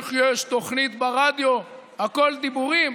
איך יש תוכנית ברדיו "הכול דיבורים"?